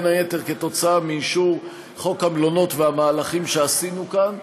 בין היתר עקב אישור חוק המלונות והמהלכים שעשינו כאן,